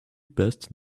best